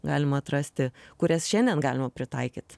galima atrasti kurias šiandien galima pritaikyt